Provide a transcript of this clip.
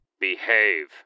Behave